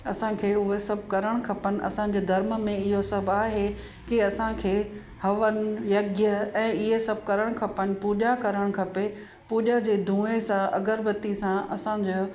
असांखे उहे सभु करणु खपनि असांजे धर्म में इहो सभु आहे की असांखे हवन यज्ञ ऐं इहे सभु करणु खपनि पूॼा करणु खपे पूॼा जे दूंहें सां अगरबत्ती सां असांजो